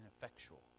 ineffectual